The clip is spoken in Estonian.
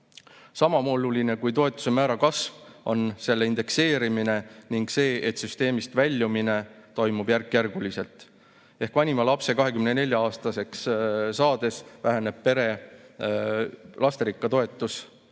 Sama oluline kui toetuse määra kasv on selle indekseerimine ning see, et süsteemist väljumine toimub järk‑järgult ehk vanima lapse 24‑aastaseks saades väheneb lasterikka pere